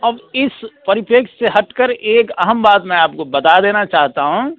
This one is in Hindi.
अब इस परिपेक्ष से हट कर एक अहम बात मैं आपको बता देना चाहता हूँ